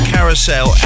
Carousel